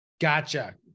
Gotcha